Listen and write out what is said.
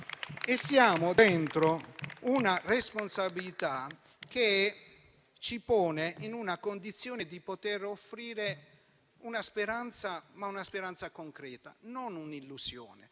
Siamo dentro una responsabilità che ci pone nella condizione di poter offrire una speranza concreta e non un'illusione